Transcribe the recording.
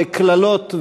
בקללות,